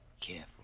careful